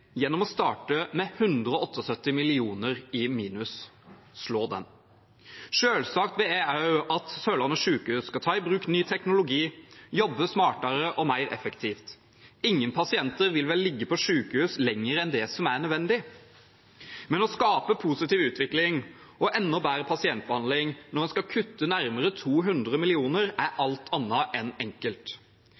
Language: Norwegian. gjennom å starte med 178 mill. kr i minus. Slå den. Selvsagt vil jeg også at Sørlandet sykehus skal ta i bruk ny teknologi, jobbe smartere og mer effektivt. Ingen pasienter vil vel ligge på sykehus lenger enn det som er nødvendig. Men å skape positiv utvikling og enda bedre pasientbehandling når en skal kutte nærmere 200 mill. kr, er alt annet enn enkelt.